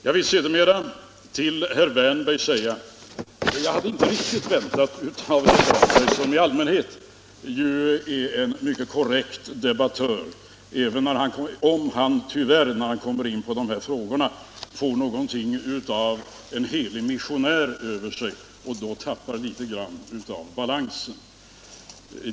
Jag vill sedan säga till herr Wärnberg att han, som i allmänhet är en korrekt debattör, när han kommer in på dessa frågor får något av en helig missionär över sig och då tappar litet av balansen.